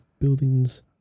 buildings